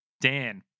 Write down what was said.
Dan